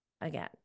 Again